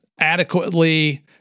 adequately